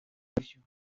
servicio